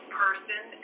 person